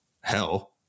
hell